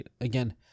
again